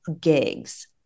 gigs